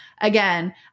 Again